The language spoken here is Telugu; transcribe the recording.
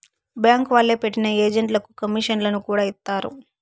బ్యాంక్ వాళ్లే పెట్టిన ఏజెంట్లకు కమీషన్లను కూడా ఇత్తారు